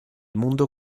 mundo